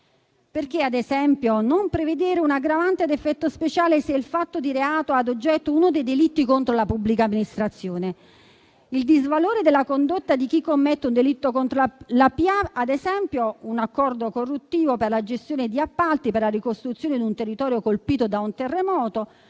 Perché, ad esempio, non prevedere un'aggravante ad effetto speciale, se il fatto di reato ha ad oggetto uno dei delitti contro la pubblica amministrazione? Il disvalore della condotta di chi commette un delitto contro la pubblica amministrazione, ad esempio un accordo corruttivo per la gestione di appalti, per la ricostruzione di un territorio colpito da un terremoto,